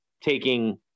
taking